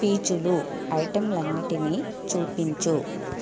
పీచులు ఐటమ్లు అన్నింటినీ చూపించుము